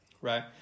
right